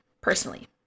personally